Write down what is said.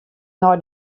nei